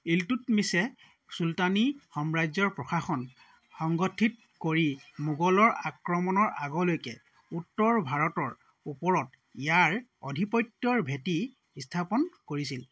ইলটুটমিছে চুলতানী সাম্ৰাজ্যৰ প্ৰশাসন সংগঠিত কৰি মোগলৰ আক্ৰমণৰ আগলৈকে উত্তৰ ভাৰতৰ ওপৰত ইয়াৰ আধিপত্যৰ ভেঁটি স্থাপন কৰিছিল